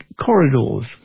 corridors